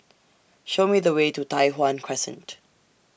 Show Me The Way to Tai Hwan Crescent